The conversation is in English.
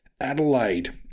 Adelaide